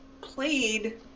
played